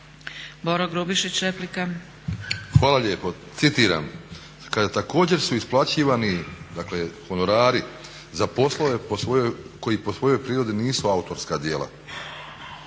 Boro (HDSSB)** Hvala lijepo, citiram, kaže također su isplaćivani, dakle honorari za poslove koji po svojoj prirodi nisu autorska djela